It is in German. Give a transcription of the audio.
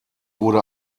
wurde